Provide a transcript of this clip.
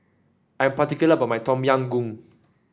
I'm particular about my Tom Yam Goong